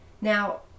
Now